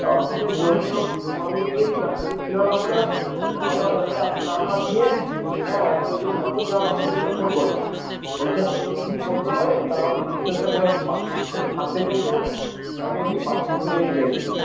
ত আপনি সে যোগাযোগ আমি গিয়েছিলাম কেউ ছিল না বলে সময় ওই জন্য আপনার নম্বর নিয়ে হ্যাঁ আমি ওই জন্য হসপিটাল অথরিটিকে ওই জন্য ফোন করলাম বলছি আপনি যদি কিছু করতে পারেন তাহলে ডিসচার্জটা করে আমি বাড়ির পেশেন্ট থাকতে চাইছে না ওনাকে নিয়ে বাড়িতে চলে যেতে চাইছি